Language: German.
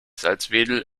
salzwedel